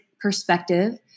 perspective